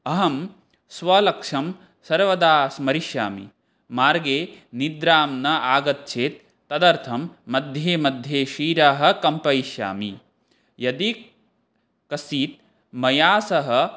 अहं स्वलक्षं सर्वदा स्मरिष्यामि मार्गे निद्रा न आगच्छेत् तदर्थं मध्ये मध्ये शिरः कम्पयिष्यामि यदि कश्चित् मया सह